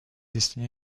destinés